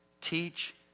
teach